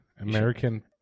American